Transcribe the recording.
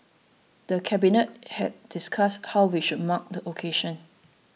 the Cabinet had discussed how we should mark the occasion